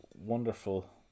wonderful